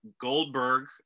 Goldberg